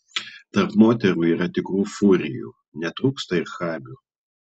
tarp moterų yra tikrų furijų netrūksta ir chamių